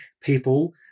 people